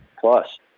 Plus